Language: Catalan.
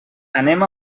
anem